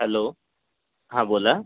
hello हां बोला